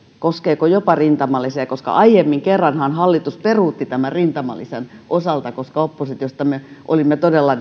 koskeeko jopa rintamalisiä koska kerran aiemminhan hallitus peruutti tämän rintamalisän osalta koska oppositiosta me todella